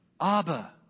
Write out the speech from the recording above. Abba